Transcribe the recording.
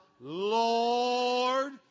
Lord